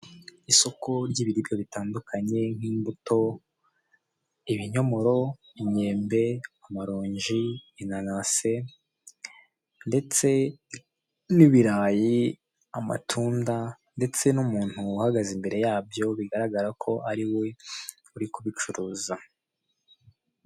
Isoko ry'ibiribwa bitandukanye, nk'imbuto, ibinyomoro, inyembe, amaronji, inanase ndetse n'ibirayi, amatunda ndetse n'umuntu uhagaze imbere yabyo bigaragara ko ari we uri kubicuruza.